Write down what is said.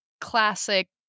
classic